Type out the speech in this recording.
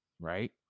right